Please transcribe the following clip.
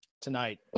tonight